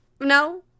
No